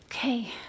Okay